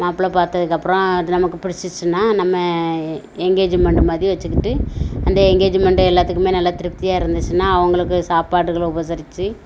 மாப்பிளை பார்த்ததுக்கப்பறம் அடுத்து நமக்கு பிடிச்சிச்சின்னா நம்ம எங்கேஜுமெண்டு மாதிரி வச்சிக்கிட்டு அந்த எங்கேஜுமெண்ட எல்லாத்துக்கும் நல்லா திருப்த்தியாக இருந்துச்சின்னா அவங்களுக்கு சாப்பாடுகளை உபசரித்து